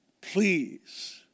Please